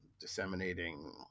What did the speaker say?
disseminating